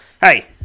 Hey